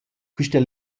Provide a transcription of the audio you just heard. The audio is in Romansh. quista